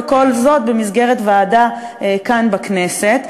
וכל זאת במסגרת ועדה כאן בכנסת.